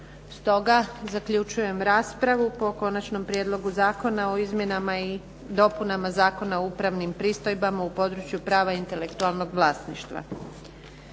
stoga zaključujem raspravu po Konačnom prijedlogu zakona o izmjenama i dopunama Zakona o upravnim pristojbama u području prava intelektualnog vlasništva.